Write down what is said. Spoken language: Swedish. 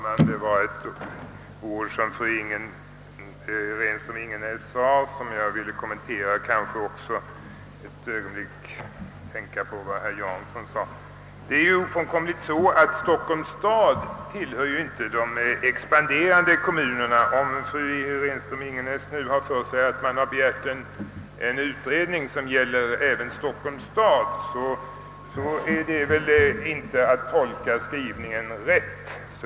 Herr talman! Innan jag vänder mig till herr Jansson, vill jag för ett ögonblick kommentera ett uttalande som fru Renström-Ingenäs gjorde. Stockholms stad tillhör ju inte de expanderande kommunerna. Om fru Renström-Ingenäs nu har för sig att man begärt en utredning som gäller även Stockholms stad, har hon såvitt jag kan förstå inte tolkat utskottets skrivning rätt.